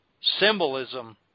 symbolism